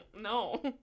No